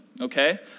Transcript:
okay